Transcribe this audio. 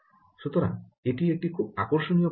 সুতরাং এটি একটি খুব আকর্ষণীয় প্রযুক্তি